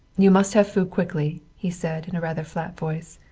you must have food quickly, he said in a rather flat voice.